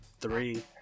three